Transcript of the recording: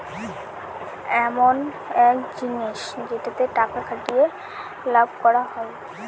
ইমন এক জিনিস যেটাতে টাকা খাটিয়ে লাভ করা হয়